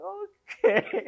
okay